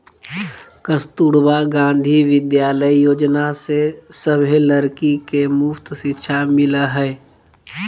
कस्तूरबा गांधी विद्यालय योजना से सभे लड़की के मुफ्त शिक्षा मिला हई